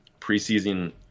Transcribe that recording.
preseason